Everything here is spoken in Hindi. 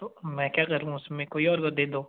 तो मैं क्या करूँ उसमें कोई और को दे दो